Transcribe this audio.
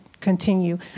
continue